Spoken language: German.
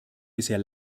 bisher